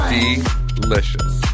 Delicious